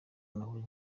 nabonye